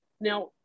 now